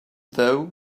though